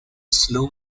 slow